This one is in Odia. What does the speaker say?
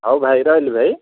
ହଉ ଭାଇ ରହିଲି ଭାଇ